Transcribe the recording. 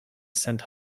sent